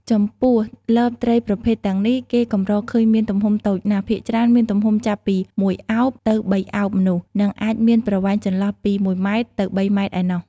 ចំពោះលបត្រីប្រភេទទាំងនេះ គេកម្រឃើញមានទំហំតូចណាស់ ភាគច្រើនមានទំហំចាប់ពីមួយឱប ទៅបីឱបមនុស្ស និងអាចមានប្រវែងចន្លោះពី១ម៉ែត្រ ទៅ៣ម៉ែត្រឯណោះ។